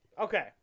Okay